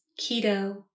Keto